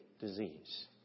disease